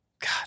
God